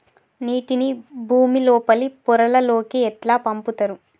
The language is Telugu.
నీటిని భుమి లోపలి పొరలలోకి ఎట్లా పంపుతరు?